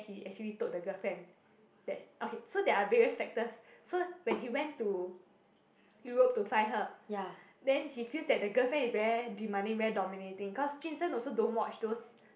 he actually told the girlfriend that okay so there are various factors so when he went to Europe to find her then he feels that the girlfriend is very demanding very dominating cos jun sheng also don't watch those